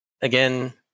Again